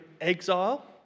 exile